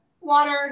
Water